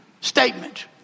statement